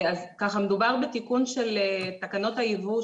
מדובר בתיקון של תקנות הייבוא,